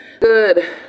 good